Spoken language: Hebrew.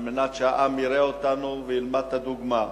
על מנת שהעם יראה אותנו וילמד מאתנו דוגמה.